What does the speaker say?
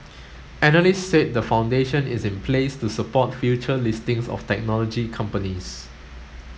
analysts said the foundation is in place to support future listings of technology companies